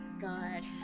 God